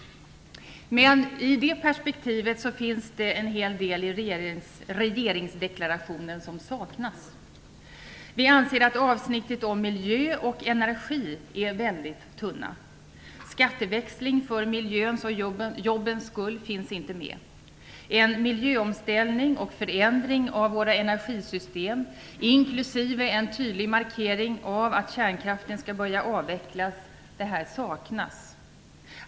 I det perspektivet saknas det en hel del i regeringsdeklarationen. Vi anser att avsnitten om miljö och energi är mycket tunna. Skatteväxling för miljöns och jobbens skull finns inte med. En miljöomställning och förändring av våra energisystem inklusive en tydlig markering av att kärnkraften skall börja avvecklas saknas.